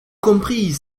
compris